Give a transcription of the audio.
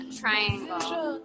triangle